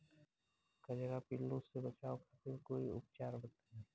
कजरा पिल्लू से बचाव खातिर कोई उपचार बताई?